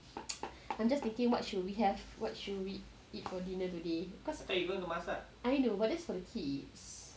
I'm just thinking what should we have what shall we eat for dinner already cause I know but that's for the kids